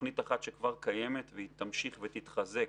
תכנית אחת שכבר קיימת והיא תמשיך ותתחזק: